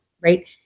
right